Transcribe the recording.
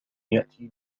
يأتي